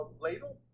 ladle